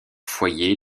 foyers